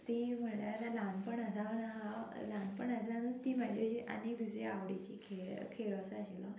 ती म्हळ्यार ल्हानपण आसा हांव ल्हानपण आजून ती म्हाजी अशी आनीक दुसरी आवडीची खेळ खेळ असो आशिल्लो